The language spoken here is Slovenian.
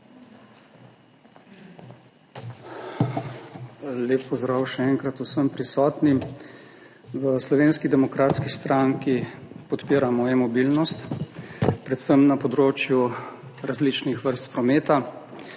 Lep pozdrav še enkrat vsem prisotnim! V Slovenski demokratski stranki podpiramo e-mobilnost, predvsem na področju različnih vrst prometa.